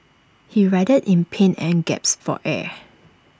he writhed in pain and gasped for air